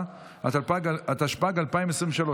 התשפ"ג 2023,